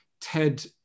Ted